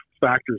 factors